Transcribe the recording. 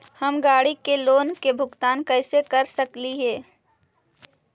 हम गाड़ी के लोन के भुगतान कैसे कर सकली हे?